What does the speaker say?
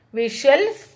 visuals